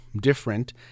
different